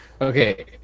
Okay